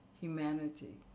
humanity